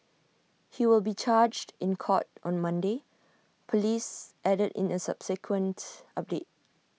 he will be charged in court on Monday Police added in A subsequent update